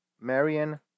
Marion